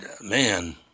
man